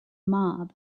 mob